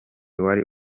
wari